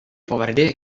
pavardė